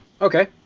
Okay